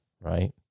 right